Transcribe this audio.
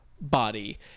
body